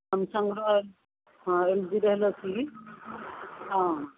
ସାମସଙ୍ଗ୍ର ହଁ ଏଲ୍ଜିର ହେଲେ ଅଛି କି ହଁ